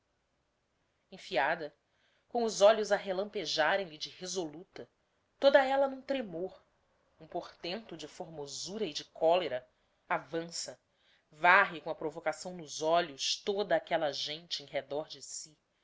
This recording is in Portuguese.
enfiada com os olhos a relampejarem lhe de resoluta toda ella n'um tremor um portento de formosura e de colera avança varre com a provocação nos olhos toda aquella gente em redor de si